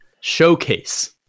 Showcase